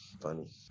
Funny